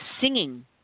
singing